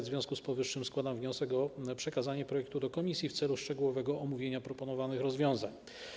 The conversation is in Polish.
W związku z powyższym składam wniosek o przekazanie projektu do komisji w celu szczegółowego omówienia proponowanych rozwiązań.